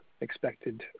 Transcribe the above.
expected